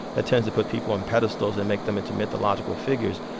that tends to put people on pedestals and make them into mythological figures.